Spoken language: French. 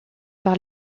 par